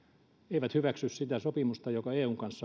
eivätkä hyväksy sitä sopimusta jonka